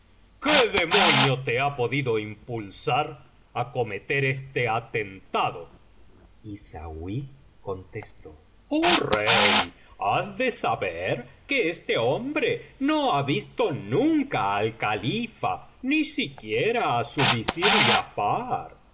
qué demonio te ha podido impulsar á cometer este atentado ysauí contestó oh rey has de saber que este hombre no ha visto nunca al califa ni siquiera á su visir giafar